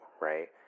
right